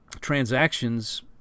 transactions